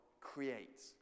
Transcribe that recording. creates